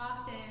Often